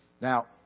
Now